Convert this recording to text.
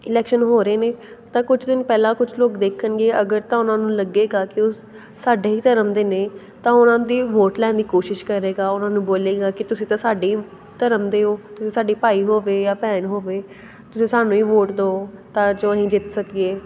election ਹੋ ਰਹੇ ਨੇ ਤਾਂ ਕੁਛ ਦਿਨ ਪਹਿਲਾਂ ਕੁਛ ਲੋਕ ਦੇਖਣਗੇ ਅਗਰ ਤਾਂ ਉਹਨਾਂ ਨੂੰ ਲੱਗੇਗਾ ਕਿ ਉਹ ਸ ਸਾਡੇ ਹੀ ਧਰਮ ਦੇ ਨੇ ਤਾਂ ਉਹਨਾਂ ਦੀ ਵੋਟ ਲੈਣ ਦੀ ਕੋਸ਼ਿਸ਼ ਕਰੇਗਾ ਉਹਨਾਂ ਨੂੰ ਬੋਲੇਗਾ ਕੇ ਤੁਸੀ ਤਾਂ ਸਾਡੇ ਹੀ ਧਰਮ ਦੇ ਹੋ ਤੁਸੀ ਸਾਡੇ ਭਾਈ ਹੋ ਗਏ ਜਾਂ ਭੈਣ ਹੋ ਗਏ ਤੁਸੀਂ ਸਾਨੂੰ ਹੀ ਵੋਟ ਦਓ ਤਾਂ ਜੋ ਅਸੀਂ ਜਿੱਤ ਸਕੀਏ